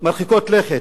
מרחיקות לכת.